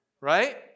Right